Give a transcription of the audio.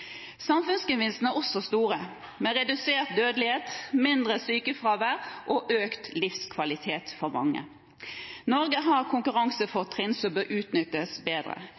Samfunnsgevinstene er også store, med redusert dødelighet, mindre sykefravær og økt livskvalitet for mange. Norge har konkurransefortrinn som bør utnyttes bedre.